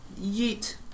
Yeet